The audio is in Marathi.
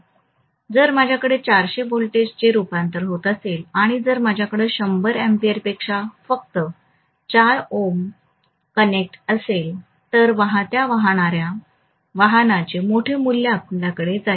जर माझ्याकडे 400 व्होल्टचे रूपांतर होत असेल आणि जर माझ्याकडे 100 अँपेयरपेक्षा फक्त 4 ओम कनेक्ट असेल तर वाहत्या वाहणा या वाहनाचे मोठे मूल्य आपल्याकडे जाईल